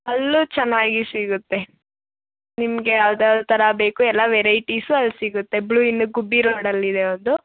ಅಲ್ಲೂ ಚೆನ್ನಾಗಿ ಸಿಗುತ್ತೆ ನಿಮಗೆ ಯಾವ್ದು ಯಾವ್ದು ಥರ ಬೇಕು ಎಲ್ಲ ವೆರೈಟೀಸು ಅಲ್ಲಿ ಸಿಗುತ್ತೆ ಬ್ಲೂ ಇನ್ ಗುಬ್ಬಿ ರೋಡಲ್ಲಿ ಇರೋದು